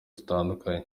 zitandukanye